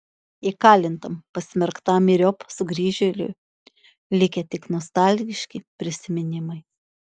įkalintam pasmerktam myriop sugrįžėliui likę tik nostalgiški prisiminimai